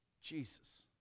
Jesus